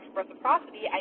reciprocity